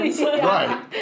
Right